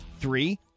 Three